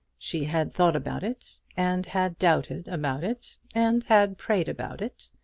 she had thought about it, and had doubted about it, and had prayed about it,